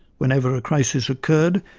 whenever a crisis occurred,